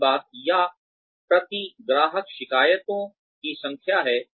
दूसरी बात या प्रति ग्राहक शिकायतों की संख्या है